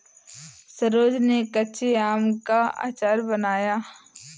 सरोज ने कच्चे आम का अचार बनाया